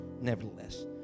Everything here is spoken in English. nevertheless